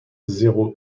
zéro